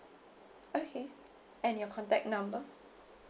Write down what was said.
okay and your contact number